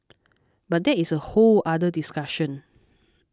but that is a whole other discussion